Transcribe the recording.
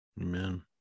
Amen